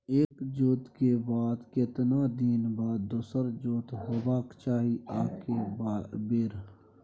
एक जोत के बाद केतना दिन के बाद दोसर जोत होबाक चाही आ के बेर?